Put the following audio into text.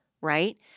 right